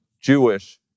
Jewish